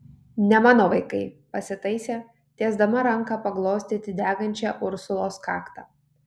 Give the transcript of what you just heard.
ne mano vaikai pasitaisė tiesdama ranką paglostyti degančią ursulos kaktą